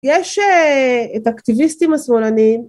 יש את האקטיביסטים השמאלנים